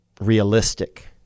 realistic